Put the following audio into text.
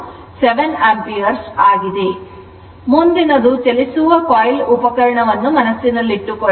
ಆದ್ದರಿಂದ ಮುಂದಿನದು ಚಲಿಸುವ coil ಉಪಕರಣವನ್ನು ಮನಸ್ಸಿನಲ್ಲಿಟ್ಟುಕೊಳ್ಳಬೇಕು